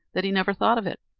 that he never thought of it.